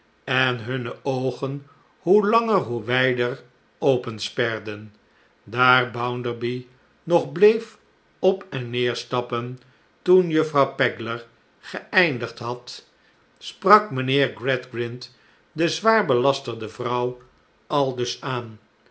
opvingen'en hunne oogen hoe langer hoe wijder opensperden daar bounderby nog bleef op en neer stappen toen juffrouw pegler geeindigd had sprak mijnheer gradgrind de zwaar belasterde vrouw aldus aan